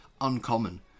uncommon